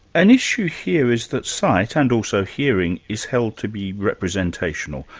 an issue here is that sight, and also hearing, is held to be representational.